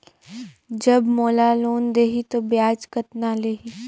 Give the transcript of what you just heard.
जब मोला लोन देही तो ब्याज कतना लेही?